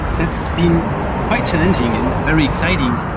that's been quite challenging and very exciting.